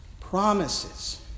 Promises